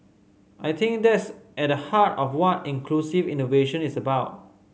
I think that's at the heart of what inclusive innovation is about